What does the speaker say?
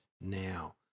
now